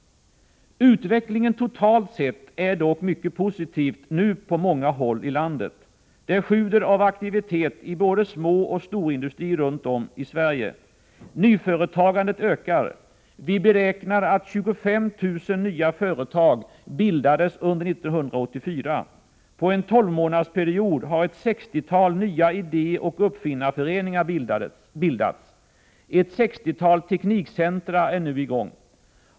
Utvecklingen totalt sett är dock mycket positiv nu på många håll i landet. Det sjuder av aktivitet i både småoch storindustri runt om i Sverige. Nyföretagandet ökar. Vi beräknar att 25 000 nya företag bildats under 1984. På en tolvmånadersperiod har ett 60-tal nya idé och uppfinnarföreningar bildats. Ett 60-tal teknikcentra är nu i gång.